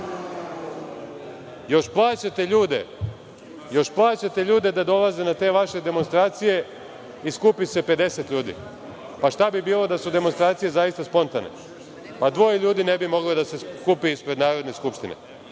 Još plaćate ljude da dolaze na te vaše demonstracije i skupi se 50 ljudi. Šta bi bilo da su demonstracije stvarno spontane, pa dvoje ljudi ne bi moglo da se skupi ispred Narodne skupštine,